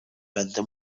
będę